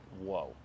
whoa